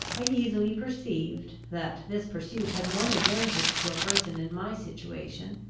i easily perceived, that this pursuit had one advantage to a person in my situation,